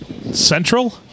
central